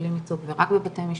מקבלים ייצוג ורק בבתי משפט,